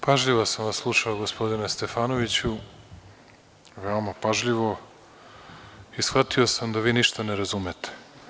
Pažljivo sam vas slušao, gospodine Stefanoviću, veoma pažljivo i shvatio sam da vi ništa ne razumete.